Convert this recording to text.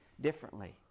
differently